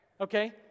okay